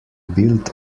build